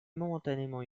momentanément